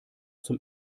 zum